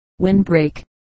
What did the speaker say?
windbreak